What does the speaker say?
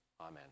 Amen